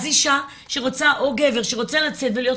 אז אישה או גבר שרוצה לצאת ורוצה להיות